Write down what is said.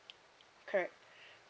correct